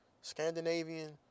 Scandinavian